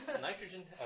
Nitrogen